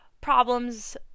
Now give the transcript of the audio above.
problems